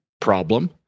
problem